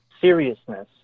seriousness